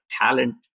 talent